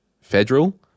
federal